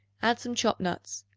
add some chopped nuts.